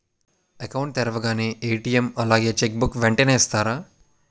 Account తెరవగానే ATM అలాగే cheque book వెంటనే ఇస్తారా?